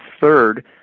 third